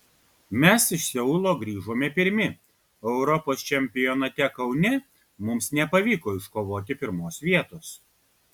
mes iš seulo grįžome pirmi o europos čempionate kaune mums nepavyko iškovoti pirmos vietos